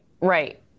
right